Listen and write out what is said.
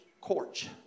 courts